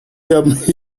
help